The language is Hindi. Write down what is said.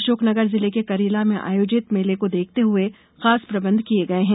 अशोक नगर जिले के करीला में आयोजित मेले को देखते हुए खास प्रबंध किये गये है